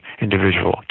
individual